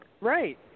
Right